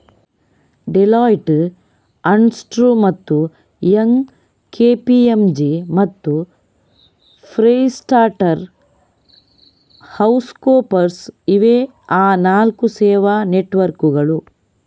Deloitte, Ernst ಮತ್ತು Young, KPMG ಮತ್ತು PricewaterhouseCoopers ಇವೇ ಆ ನಾಲ್ಕು ಸೇವಾ ನೆಟ್ವರ್ಕ್ಕುಗಳು